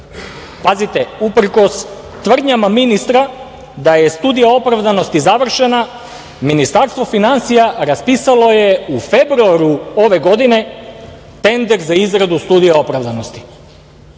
uprkos tvrdnjama ministra da je studija opravdanosti završena, Ministarstvo finansija raspisalo je u februaru ove godine tender za izradu studije opravdanosti.